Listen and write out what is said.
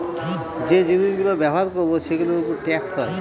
যে জিনিস গুলো ব্যবহার করবো সেগুলোর উপর ট্যাক্স হয়